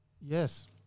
Yes